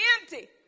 empty